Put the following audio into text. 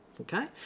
Okay